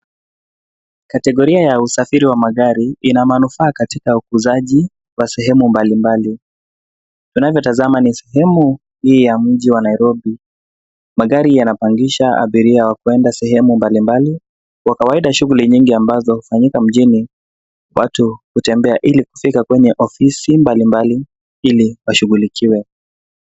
Kategoria ya usafiri wa magari ina manufaa katika ukuzaji wa sehemu mbalimbali. Tunavyotazama ni sehemu hii ya mji wa Nairobi. Magari yanapangisha abiria wa kuenda sehemu mbalimbali. Kwa kawaida shughuli nyingi ambazo hufanyika mjini watu hutembea ili kufika kwenye ofisi mbalimbali ili washughulikiwe.